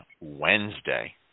wednesday